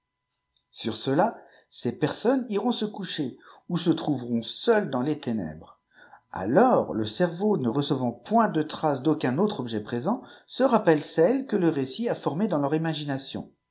sur cela ces personnes iront se coucher ou se trouveront seules dans les ténèbres alors le cerveau ne recevant point de traces d'aucun autre objet présent se rappelle celles que le récit a formées dans leur imagination